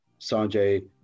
Sanjay